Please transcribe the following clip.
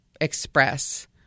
express